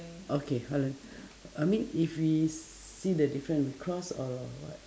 okay hold on I mean if we see the different cross or what